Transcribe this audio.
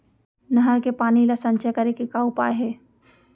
नहर के पानी ला संचय करे के का उपाय हे?